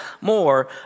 more